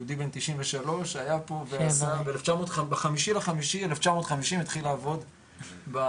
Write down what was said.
יהודי בן 93 שהיה פה וב-5.5.1950 התחיל לעבוד ברשות,